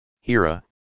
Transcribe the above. Hira